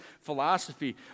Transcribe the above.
philosophy